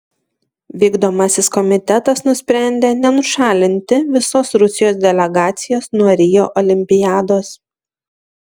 vykdomasis komitetas nusprendė nenušalinti visos rusijos delegacijos nuo rio olimpiados